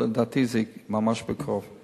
לדעתי, זה ממש בקרוב.